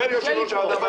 אומר יושב-ראש הוועדה,